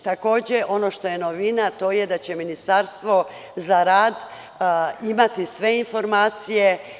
Takođe, ono što je novina to je da će Ministarstvo za rad imati sve informacije.